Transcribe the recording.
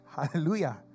Hallelujah